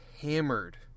hammered